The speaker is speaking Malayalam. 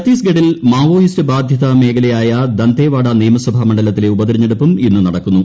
ഛത്തീസ്ഗഢിൽ മാവോയിസ്റ്റ് ബാധിത മേഖലയായ ദന്തേവാഡ നിയമസഭാ മണ്ഡലത്തിലെ ഉപതിരഞ്ഞെടുപ്പും ഇന്ന് നടക്കുന്നു